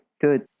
good